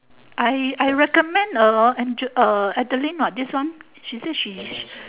I I recommend uh Angel uh adeline what this one she say she she